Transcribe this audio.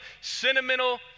sentimental